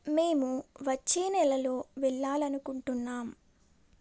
మేము వచ్చే నెలలో వెళ్ళాలనుకుంటున్నాం